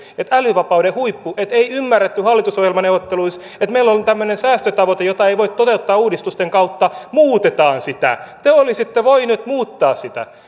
älyvapauden huippu ei ymmärretty hallitusohjelmaneuvotteluissa että meillä on ollut tämmöinen säästötavoite jota ei voi toteuttaa uudistusten kautta muutetaan sitä te olisitte voineet muuttaa sitä